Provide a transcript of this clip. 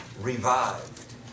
revived